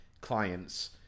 clients